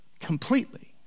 completely